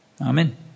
Amen